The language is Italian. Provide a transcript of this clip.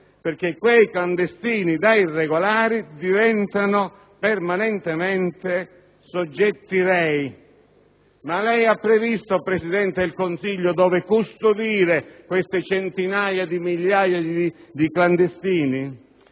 perché quei clandestini da irregolari diventano permanentemente soggetti rei. Ma lei, Presidente del Consiglio, ha previsto dove custodire queste centinaia di migliaia di clandestini?